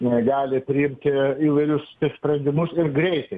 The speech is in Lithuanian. negali priimti įvairius sprendimus ir greitai